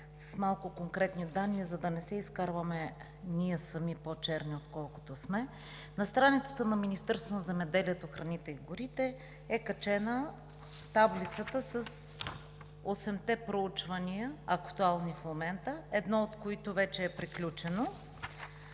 с малко конкретни данни, за да не се изкарваме ние сами по-черни, отколкото сме. На страницата на Министерството на земеделието, храните и горите е качена таблицата с осемте проучвания, актуални в момента, едно от които вече е приключено,